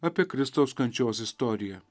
apie kristaus kančios istoriją